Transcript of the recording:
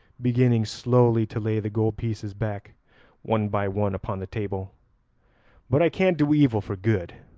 beginning slowly to lay the gold pieces back one by one upon the table but i can't do evil for good.